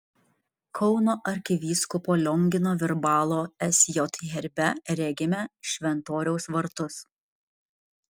kauno arkivyskupo liongino virbalo sj herbe regime šventoriaus vartus